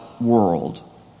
world